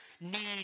need